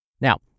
Now